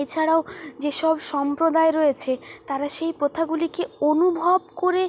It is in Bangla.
এছাড়াও যেসব সম্প্রদায় রয়েছে তারা সেই প্রথাগুলিকে অনুভব করে